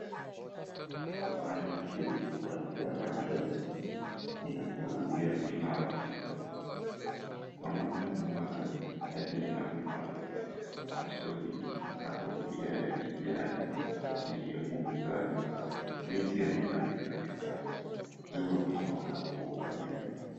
Kibanda yenye mabati ya rangi ya buluu ya kuuzia minazi iliyo. Mwanaume mmoja aliyevalia miwani machoni na kofia ya kijani ndiye muuzaji. Miti ya minazi inaonekana jua inawaka kwa ukali.